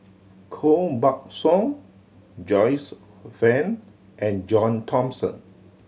Koh Buck Song Joyce Fan and John Thomson